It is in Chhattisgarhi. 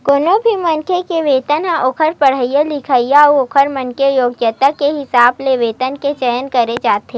कोनो भी मनखे के वेतन ह ओखर पड़हाई लिखई अउ ओखर मन के योग्यता के हिसाब ले वेतन के चयन करे जाथे